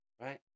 right